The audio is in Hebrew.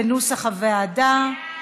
בנוסח הוועדה.